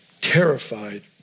terrified